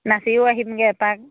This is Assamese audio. নাচিও আহিমগৈ এপাক